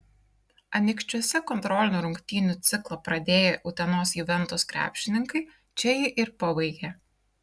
anykščiuose kontrolinių rungtynių ciklą pradėję utenos juventus krepšininkai čia jį ir pabaigė